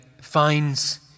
finds